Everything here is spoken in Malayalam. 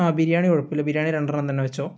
ആ ബിരിയാണി കുഴപ്പമില്ല ബിരിയാണി രണ്ടെണ്ണം തന്നെ വെച്ചോ